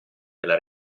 della